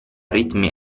ritmi